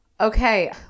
Okay